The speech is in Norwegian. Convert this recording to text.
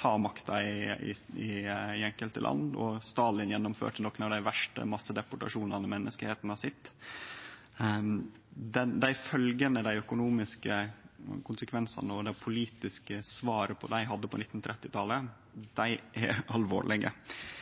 ta makta i enkelte land, og Stalin gjennomførte nokre av dei verste massedeportasjonane menneska har sett. Følgjene, dei økonomiske konsekvensane og det politiske svaret dei hadde på 1930-talet, er